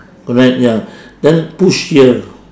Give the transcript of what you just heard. correct ya then push here